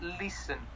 listen